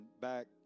back